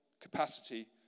capacity